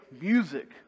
music